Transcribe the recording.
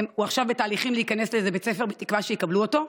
והוא עכשיו בתהליכים להיכנס לאיזה בית ספר בתקווה שיקבלו אותו.